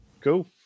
Cool